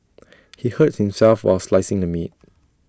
he hurt himself while slicing the meat